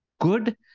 good